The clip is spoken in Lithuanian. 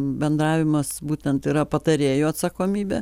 bendravimas būtent yra patarėjų atsakomybė